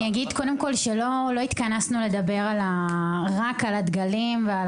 אגיד קודם כול שלא התכנסנו לדבר רק על הדגלים ועל